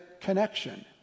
connection